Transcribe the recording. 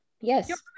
yes